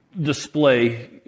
display